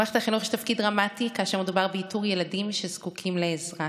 למערכת החינוך יש תפקיד דרמטי כאשר מדובר באיתור ילדים שזקוקים לעזרה